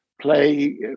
play